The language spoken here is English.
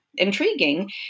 intriguing